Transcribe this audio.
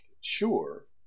sure